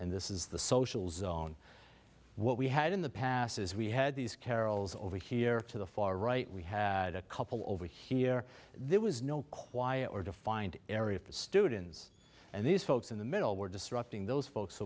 and this is the social zone what we had in the past is we had these carols over here to the far right we had a couple over here there was no quiet or defined area for students and these folks in the middle were disrupting those folks